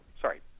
sorry